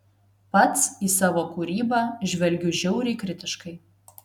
pats į savo kūrybą žvelgiu žiauriai kritiškai